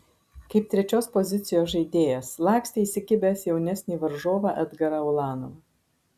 kaip trečios pozicijos žaidėjas lakstė įsikibęs jaunesnį varžovą edgarą ulanovą